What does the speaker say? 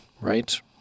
right